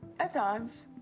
at times.